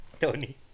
Tony